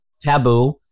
taboo